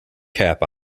cap